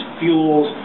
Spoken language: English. fuels